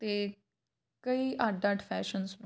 ਅਤੇ ਕਈ ਅੱਡ ਅੱਡ ਫੈਸ਼ਨਸ ਨੂੰ